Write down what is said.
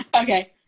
Okay